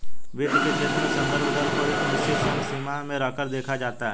वित्त के क्षेत्र में संदर्भ दर को एक निश्चित समसीमा में रहकर देखा जाता है